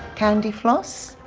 candy floss?